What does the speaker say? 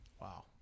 Wow